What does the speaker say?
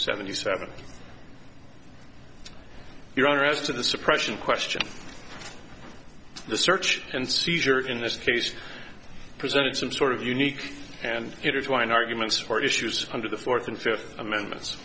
seventy seven your honor as to the suppression question the search and seizure in this case presented some sort of unique and intertwined arguments for issues under the fourth and fifth amendment